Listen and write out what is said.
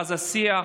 ואז השיח,